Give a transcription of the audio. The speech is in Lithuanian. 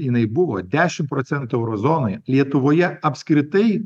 jinai buvo dešim procentų euro zonoje lietuvoje apskritai